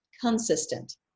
consistent